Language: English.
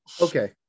okay